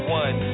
one